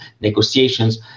negotiations